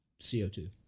CO2